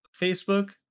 Facebook